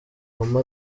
obama